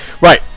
Right